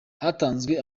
hatanzwe